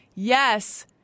Yes